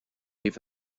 leave